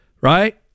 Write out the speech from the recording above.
Right